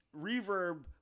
Reverb